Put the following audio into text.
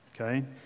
Okay